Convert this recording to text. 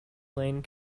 lane